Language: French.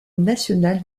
national